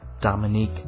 Dominique